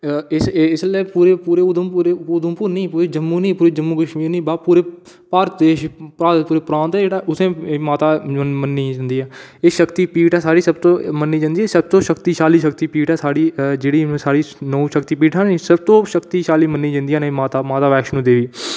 इसलै पूरे पूरे उधमपुर नेईं पूरे जम्मू जम्मू कश्मीर नेईं पूरे भारती प्रांत ऐ जेह्ड़ा उत्थै ऐ माता मन्नी जंदी ऐ एह् शक्ति पीठ ऐ साढ़ी शक्तिशाली शक्ति पीठ ऐ साढ़ी जेह्ड़ी नौ शक्ति पीठ ऐ नीं सब तूं शक्तिशाली मन्नी जंदी ऐ माता माता बैश्णो देवी